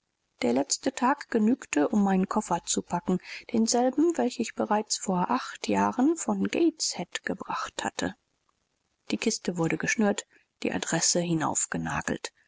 der letzte tag genügte um meinen koffer zu packen denselben welchen ich bereits vor acht jahren von gateshead gebracht hatte die kiste wurde geschnürt die adresse